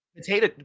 potato